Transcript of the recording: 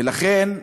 ולכן,